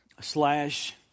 slash